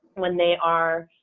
when they are,